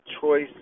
choice